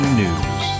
news